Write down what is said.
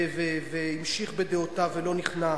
והמשיך בדעותיו, ולא נכנע